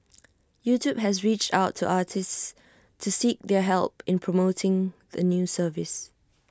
YouTube has reached out to artists to seek their help in promoting the new service